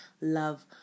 love